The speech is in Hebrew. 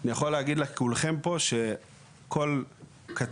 אני יכול להגיד לכולכם פה שכל קצין,